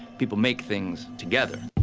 people make things together.